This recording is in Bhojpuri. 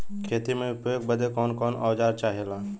खेती में उपयोग बदे कौन कौन औजार चाहेला?